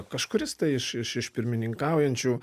kažkuris tai iš iš iš pirmininkaujančių